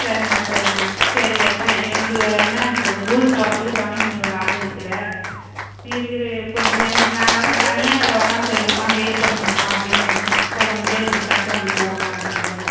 சரிம்மா சரிம்மா சரி எப்போ எ எனக்கு என்னான்றது ஊருக்கு போகிறதுக்கு துணைக்கு நீ ஒரு ஆள் இருக்கிற நீ இருக்கிற கோ என்ன நா வேறு தனியாக வேறு உக்கான்ட்டு இருக்கேம்மா வெய்ட் பண்ணணும்மா அப்படின் நினச்சேன் ச ஒண்டியாக எப்படி தஞ்சாவூருக்கு போகணும் அப்படின்னு